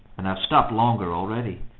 and i've stopped longer already.